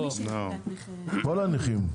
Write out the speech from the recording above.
כל הנכים,